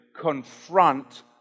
confront